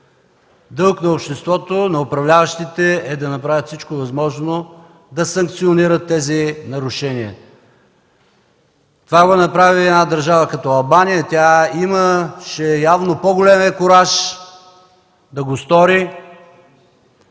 дълг на обществото, на управляващите е да направят всичко възможно да санкционират тези нарушения. Това го направи една държава като Албания и тя явно имаше по-големия кураж да го стори,